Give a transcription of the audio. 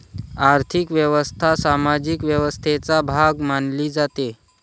आर्थिक व्यवस्था सामाजिक व्यवस्थेचा भाग मानली जाते